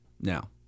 Now